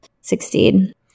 succeed